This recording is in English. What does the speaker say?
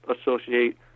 associate